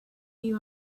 you